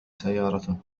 سيارته